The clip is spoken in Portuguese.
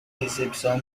recepção